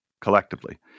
collectively